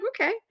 okay